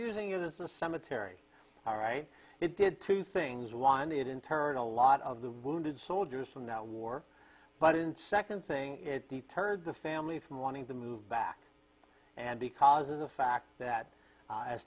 using it as a cemetery all right it did two things one it interred a lot of the wounded soldiers from that war but in second thing it deterred the family from wanting to move back and because of the fact that